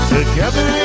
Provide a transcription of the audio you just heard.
Together